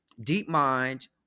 DeepMind